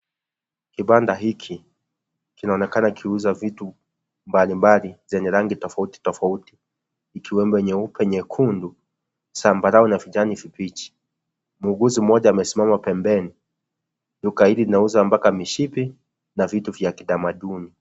Kibanda hiki kinaonekana kikiuza vitu mbalimbali zenye rangi tofauti tofauti ikiwemo nyeupe nyekundu zambarau na vijani vibichi. Muuguzi mmoja amesimama pembeni, duka hili linauza mpaka mishipi na vitu vya tamaduni.